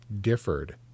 differed